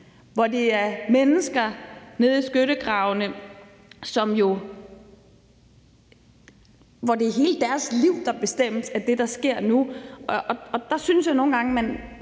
hvor det er mennesker nede i skyttegravenes liv, der bestemmes af det, der sker nu. Der synes jeg nogle gange, at